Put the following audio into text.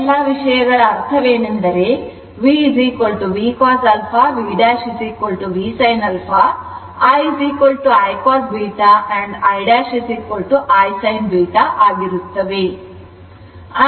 ಈ ಎಲ್ಲ ವಿಷಯಗಳ ಅರ್ಥವೇನೆಂದರೆ V Vcosα V ' V sin α I I cos β ಹಾಗೂ I I sin β